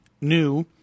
new